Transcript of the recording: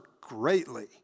greatly